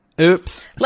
Oops